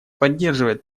поддерживает